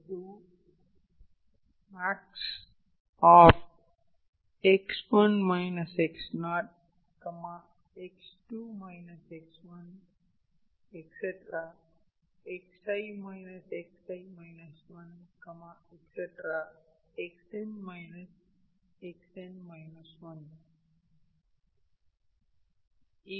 Pmax x1 x0 x2 x1